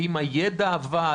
האם הידע עבד?